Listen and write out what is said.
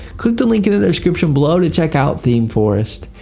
click the link in the description below to check out themeforest.